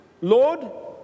Lord